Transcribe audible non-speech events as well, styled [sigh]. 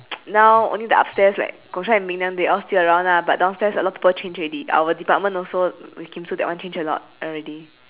[noise] now only the upstairs like and ming liang they all still around lah but downstairs a lot of people change already our department also with kim sue that one change a lot already